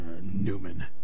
Newman